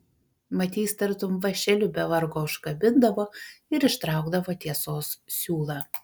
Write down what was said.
mat jais tartum vąšeliu be vargo užkabindavo ir ištraukdavo tiesos siūlą